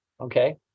okay